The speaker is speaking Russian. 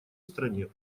стране